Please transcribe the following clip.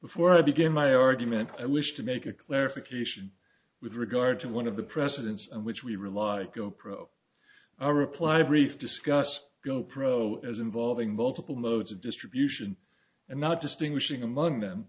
before i begin my argument i wish to make a clarification with regard to one of the president's and which we rely go pro i reply brief discuss go pro as involving multiple modes of distribution and not distinguishing among them